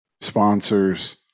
sponsors